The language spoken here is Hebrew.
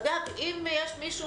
אגב, אם יש מישהו